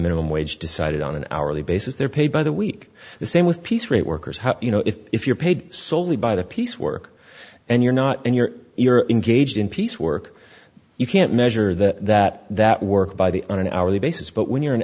minimum wage decided on an hourly basis they're paid by the week the same with piece rate workers how you know if if you're paid soley by the piece work and you're not and you're you're engaged in piece work you can't measure that that that work by the on an hourly basis but when you're an